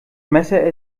messer